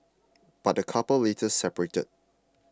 but the couple later separated